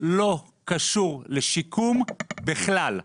לא קשור לשיקום בכלל.